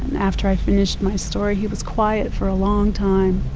after i finished my story, he was quiet for a long time.